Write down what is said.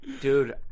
Dude